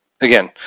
again